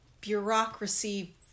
bureaucracy